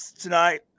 tonight